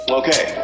okay